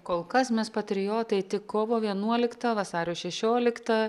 kol kas mes patriotai tik kovo vienuoliktą vasario šešioliktą